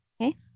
Okay